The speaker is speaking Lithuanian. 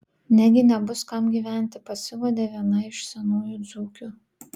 negi nebus kam gyventi pasiguodė viena iš senųjų dzūkių